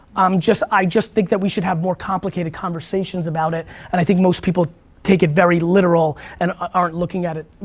um i just think that we should have more complicated conversations about it and i think most people take it very literal and aren't looking at it,